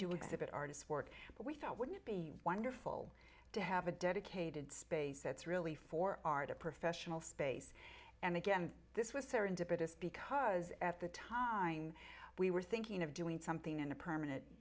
do exhibit artists work but we thought wouldn't it be wonderful to have a dedicated space that's really for art a professional space and again this was serendipitous because at the time we were thinking of doing something in a permanent